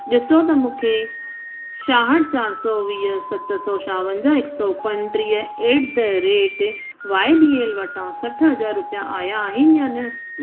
ॾिसो त मूंखे छाहठि चारि सौ वीह सत सौ छावंजाहु हिक सौ पंटीह at the rate Y B L वटां सठि हज़ार रुपया आया आहिनि या न